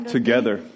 together